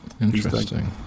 Interesting